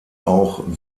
auch